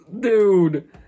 Dude